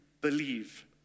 believe